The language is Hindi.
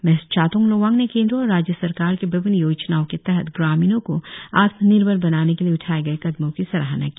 मिस चाथोंग लोवांग ने केंद्र और राज्य सरकार की विभिन्न योजनों के तहत ग्रामीणों को आत्मनिर्भर बनाने के लिए उठाए गए कदमों की सराहना की